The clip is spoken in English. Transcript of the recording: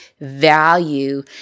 value